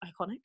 iconic